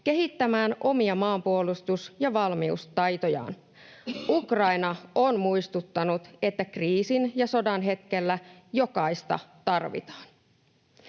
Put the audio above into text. kehittämään omia maanpuolustus- ja valmiustaitojaan. Ukraina on muistuttanut, että kriisin ja sodan hetkellä jokaista tarvitaan.